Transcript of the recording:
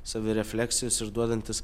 savirefleksijos ir duodantis